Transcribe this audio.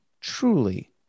truly